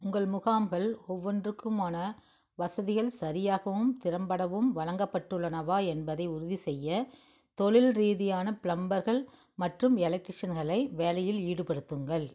உங்கள் முகாம்கள் ஒவ்வொன்றுக்குமான வசதிகள் சரியாகவும் திறம்படவும் வழங்கப்பட்டுள்ளனவா என்பதை உறுதிசெய்ய தொழில் ரீதியான ப்ளம்பர்கள் மற்றும் எலக்ட்ரீஷியன்களை வேலையில் ஈடுபடுத்துங்கள்